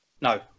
no